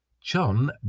John